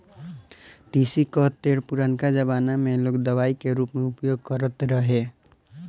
तीसी कअ तेल पुरनका जमाना में लोग दवाई के रूप में उपयोग करत रहे